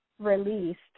released